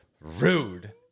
rude